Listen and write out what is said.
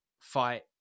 fight